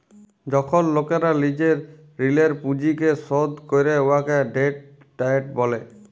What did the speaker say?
যখল লকেরা লিজের ঋলের পুঁজিকে শধ ক্যরে উয়াকে ডেট ডায়েট ব্যলে